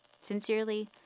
Sincerely